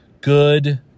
Good